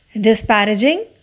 Disparaging